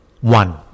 one